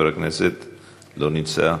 לא נמצא,